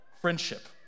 friendship